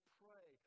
pray